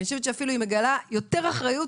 אני חושבת שאפילו היא מגלה יותר אחריות